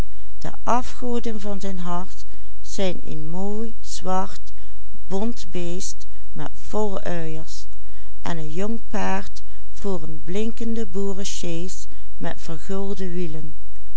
en een jong paard voor een blinkende boeresjees met vergulde wielen